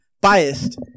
Biased